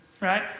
Right